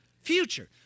future